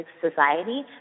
society